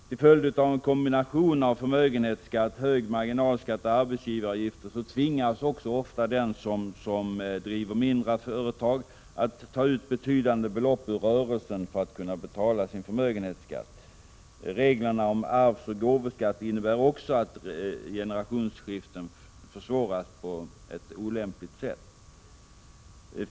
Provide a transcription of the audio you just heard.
Till följd av en kombination av förmögenhetsskatt, hög marginalskatt och arbetsgivaravgifter tvingas ofta de som driver mindre företag att ta ut betydande belopp ur rörelsen för att kunna betala förmögenhetsskatt. Reglerna om arvsoch gåvoskatt innebär också att generationsskiften försvåras på ett olämpligt sätt.